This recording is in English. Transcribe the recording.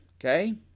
Okay